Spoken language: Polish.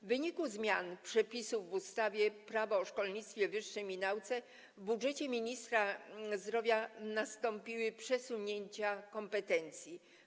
W wyniku zmian przepisów w ustawie Prawo o szkolnictwie wyższym i nauce w budżecie ministra zdrowia nastąpiło przesunięcie kompetencji.